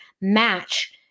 match